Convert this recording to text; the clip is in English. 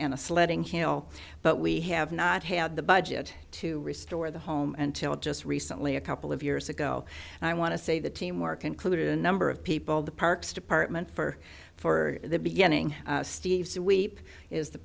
a sledding hill but we have not had the budget to restore the home until just recently a couple of years ago and i want to say the teamwork included a number of people the parks department for for the beginning steve sweep is the